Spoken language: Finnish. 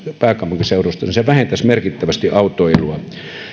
pääkaupunkiseudusta niin se vähentäisi merkittävästi autoilua